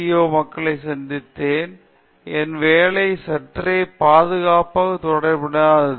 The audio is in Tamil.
ஓ மக்களை சந்தித்தேன் என் வேலை சற்றே பாதுகாப்பு தொடர்புடையது